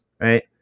right